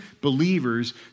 believers